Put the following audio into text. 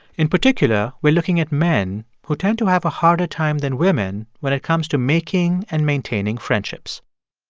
in particular, we're looking at men who tend to have a harder time than women when it comes to making and maintaining friendships.